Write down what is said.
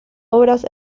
obras